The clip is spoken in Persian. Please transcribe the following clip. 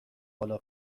بالا